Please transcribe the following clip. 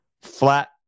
flat